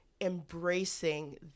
embracing